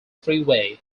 freeway